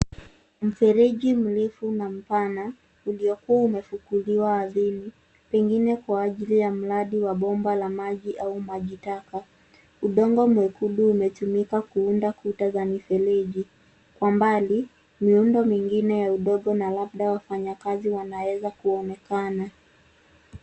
Mfereji mrefu na mpana uliokuwa umefukuliwa ardhini pengine kwa ajili ya mradi wa bomba la maji au majitaka. Udongo mwekundu umetumika kuunda kuta za mifereji. Kwa mbali, miundo mingine ya udongo na labda wafanyakazi wanaweza kuonekana.